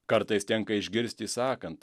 kartais tenka išgirsti sakant